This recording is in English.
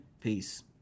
peace